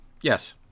Yes